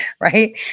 right